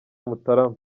mutarama